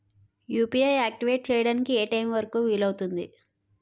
UPI activate చెయ్యడానికి ఏ time వరుకు వీలు అవుతుంది?